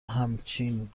همچین